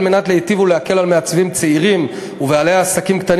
על מנת להיטיב ולהקל על מעצבים צעירים ובעלי עסקים קטנים